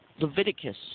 Leviticus